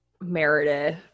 meredith